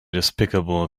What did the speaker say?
despicable